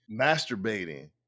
masturbating